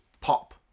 pop